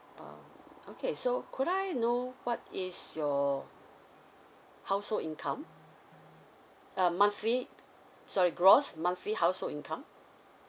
um okay so could I know what is your household incoming um monthly sorry gloss monthly household income